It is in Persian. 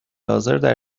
حاضردر